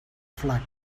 flac